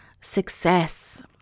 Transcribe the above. success